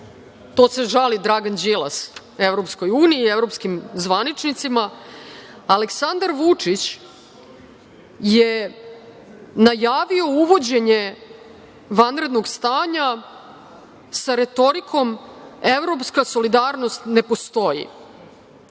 to se žali Dragan Đilas EU i evropskim zvaničnicima, Aleksandar Vučić je najavio uvođenje vanrednog stanja sa retorikom – evropska solidarnost ne postoji,